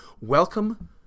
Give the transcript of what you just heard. Welcome